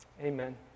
Amen